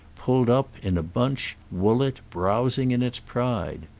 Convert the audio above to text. pulled up, in a bunch, woollett browsing in its pride.